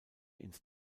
ins